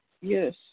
Yes